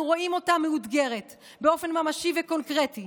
רואים אותה מאותגרת באופן ממשי וקונקרטי.